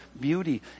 beauty